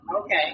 Okay